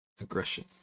aggression